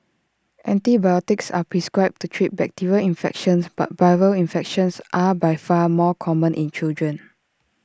antibiotics are prescribed to treat bacterial infections but viral infections are by far more common in children